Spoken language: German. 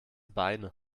beine